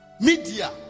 media